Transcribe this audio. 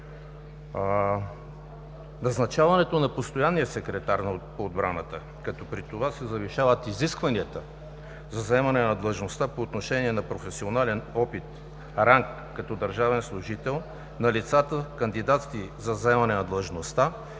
Назначаването на постоянния секретар по отбраната, като при това се завишават изискванията за заемане на длъжността по отношение на професионален опит, ранг като държавен служител на лицата, кандидати за заемане на длъжността,